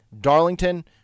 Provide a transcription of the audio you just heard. Darlington